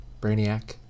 Brainiac